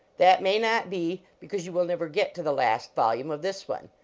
that may not be because you will never get to the last volume of this one.